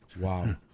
Wow